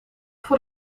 voor